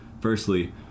firstly